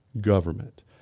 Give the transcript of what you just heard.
government